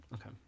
Okay